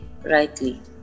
rightly